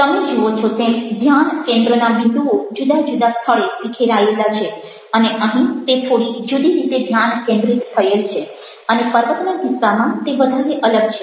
તમે જુઓ છો તેમ ધ્યાન કેન્દ્રના બિંદુઓ જુદા જુદા સ્થળે વિખેરાયેલા છે અને અહીં તે થોડી જુદી રીતે ધ્યાન કેન્દ્રિત થયેલ છે અને પર્વતના કિસ્સામાં તે વધારે અલગ છે